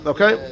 Okay